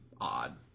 odd